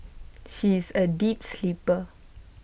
she is A deep sleeper